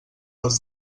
els